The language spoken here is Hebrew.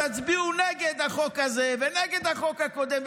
תצביעו נגד החוק הזה ונגד החוק הקודם,